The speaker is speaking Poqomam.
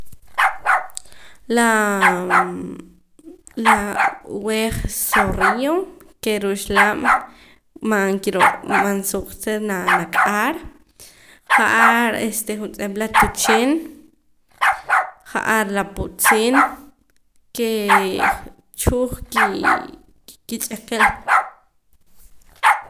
Laam la wej zorrillo ke ruxlaab' man kiroo man suq ta na nak'ar ja'ar juntz'ep la tuuchin ja'ar laa pootzin kee chuj kii kich'ikil